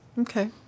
Okay